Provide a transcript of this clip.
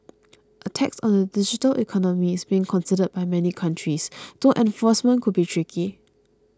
a tax on the digital economy is being considered by many countries though enforcement could be tricky